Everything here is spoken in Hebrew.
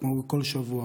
כמו כל שבוע